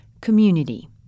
Community